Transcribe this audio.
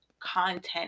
Content